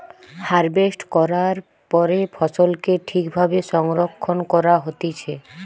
harvest করার পরে ফসলকে ঠিক ভাবে সংরক্ষণ করা হতিছে